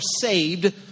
saved